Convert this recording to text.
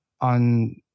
on